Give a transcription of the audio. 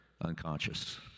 unconscious